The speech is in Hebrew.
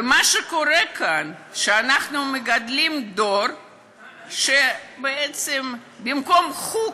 ומה שקורה כאן, שאנחנו מגדלים דור שבמקום חוג,